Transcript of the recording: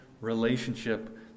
relationship